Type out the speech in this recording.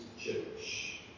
church